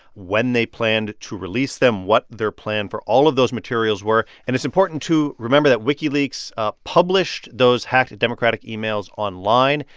when they planned to release them, what their plan for all of those materials were. and it's important to remember that wikileaks ah published those hacked democratic emails online.